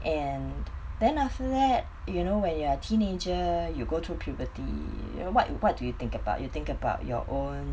and then after that you know when you are a teenager you go through puberty you what what do you think about you think about your own